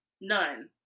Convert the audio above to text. none